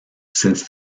since